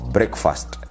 Breakfast